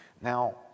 now